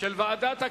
של ועדת העלייה,